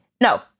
No